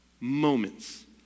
moments